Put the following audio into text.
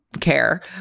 care